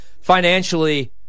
financially